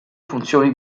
funzioni